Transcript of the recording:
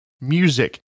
music